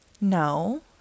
no